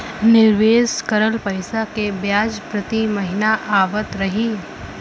निवेश करल पैसा के ब्याज प्रति महीना आवत रही?